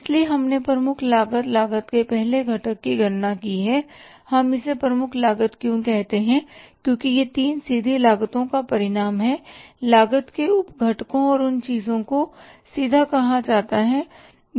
इसलिए हमने प्रमुख लागत लागत के पहले घटक की गणना की है और हम इसे प्रमुख लागत क्यों कहते हैं क्योंकि यह 3 सीधी लागतो का परिणाम है लागत के उपघटकों और उन चीजों को सीधा कहा जाता है